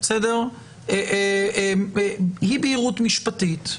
אי בהירות משפטית,